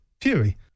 Fury